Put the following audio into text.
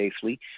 safely